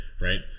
Right